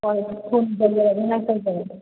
ꯍꯣꯏ ꯊꯨꯅ ꯌꯧꯖꯔꯛꯅꯕ ꯇꯧꯖꯔꯛꯑꯒꯦ